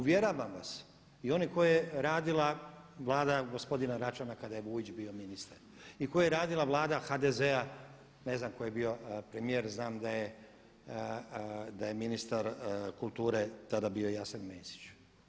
Uvjeravam vas i one koje je radila vlada gospodina Račana kada je Vujić bio ministar i koji je radila vlada HDZ-a ne znam tko je bio premijer, znam da je ministar kulture tada bio Jasen Mesić.